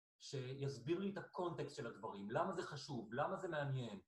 שיסביר לי את הקונטקסט של הדברים, למה זה חשוב, למה זה מעניין.